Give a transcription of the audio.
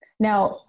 Now